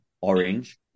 orange